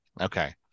okay